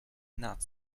not